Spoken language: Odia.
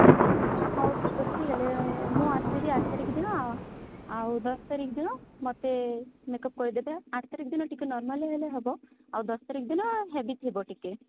ଆଜ୍ଞା ହଉ ଠିକ୍ ଅଛି ହେଲେ ମୁଁ ଆସିବି ଆଠ ତାରିଖ ଦିନ ଆଉ ଦଶ ତାରିଖ ଦିନ ମୋତେ ମେକ୍ଅପ କରି ଦେବେ ଆଠ ତାରିଖ ଦିନ ଟିକେ ନର୍ମାଲ୍ ହେଲେ ହେବ ଆଉ ଦଶ ତାରିଖ ଦିନ ହେଭି ଥିବ ଟିକେ